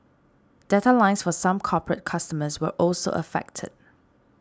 data lines for some corporate customers were also affected